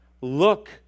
look